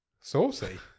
Saucy